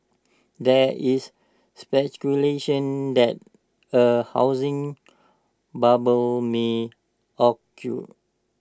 there is speculation that A housing bubble may